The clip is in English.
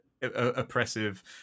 Oppressive